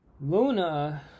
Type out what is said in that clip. Luna